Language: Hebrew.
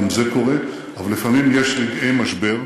גם זה קורה, אבל לפעמים יש רגעי משבר.